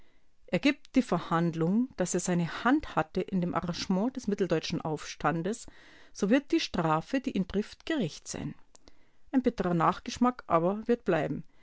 d ergibt die verhandlung daß er seine hand hatte in dem arrangement des mitteldeutschen aufstandes so wird die strafe die ihn trifft gerecht sein ein bitterer nachgeschmack aber wird bleiben